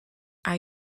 are